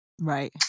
Right